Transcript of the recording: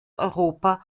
europa